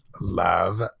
love